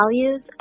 values